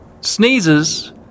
Sneezes